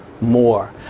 more